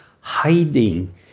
hiding